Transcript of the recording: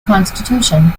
constitution